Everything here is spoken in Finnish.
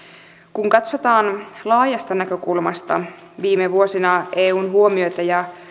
kun katsotaan laajasta näkökulmasta viime vuosina eun huomiota ja